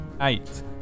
Eight